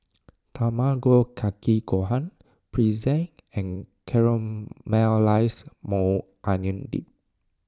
Tamago Kake Gohan Pretzel and Caramelized Maui Onion Dip